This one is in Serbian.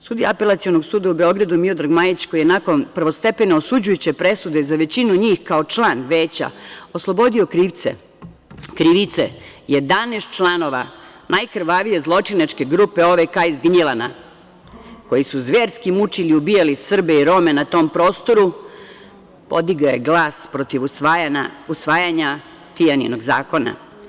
Sudija Apelacionog suda u Beogradu Miodrag Majić, koji je nakon prvostepeno osuđujuće presude za većinu njih, kao član veća, oslobodio krivice 11 članova nakrvavije zločinačke grupe OVK iz Gnjilana, koji su zverski mučili i ubijali Srbe i Rome na tom prostoru, podigao je glas protiv usvajanja „Tijaninog zakona“